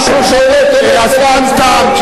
אתם גרמתם נזק משום שהעליתם את זה,